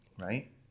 right